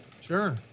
sure